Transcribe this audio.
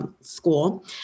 School